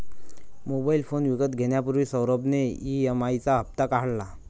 mobile phone विकत घेण्यापूर्वी सौरभ ने ई.एम.आई चा हप्ता काढला